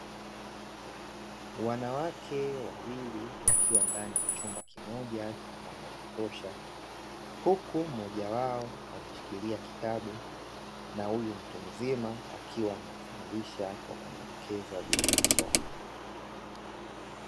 Wanawake wawili wakiwa ndani ya chumba kimoja chenye mwanga wa kutosha huku mmoja wao akishikilia kitabu na huyu mtu mzima akiwa anamfundisha kwa kumuelekeza jinsi ya kusoma.